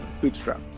bootstrap